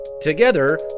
Together